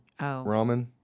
ramen